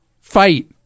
fight